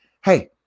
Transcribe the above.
hey